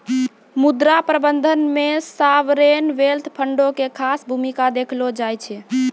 मुद्रा प्रबंधन मे सावरेन वेल्थ फंडो के खास भूमिका देखलो जाय छै